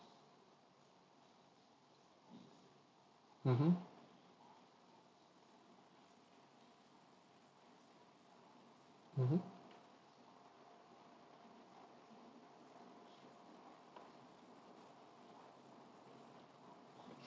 mmhmm mmhmm